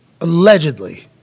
allegedly